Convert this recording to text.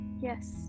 Yes